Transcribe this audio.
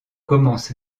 commence